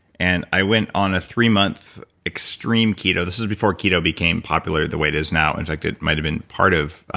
and i went on a three month extreme keto, this is before keto became popular the way it is now. in fact, it might have been part of